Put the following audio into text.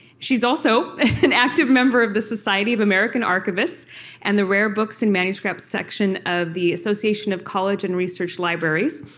she's also an active member of the society of american archivists and the rare books and manuscripts section of the association of college and research libraries.